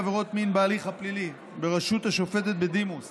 עבירות מין בהליך הפלילי בראשות השופטת בדימוס